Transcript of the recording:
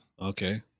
Okay